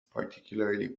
particularly